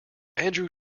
andrew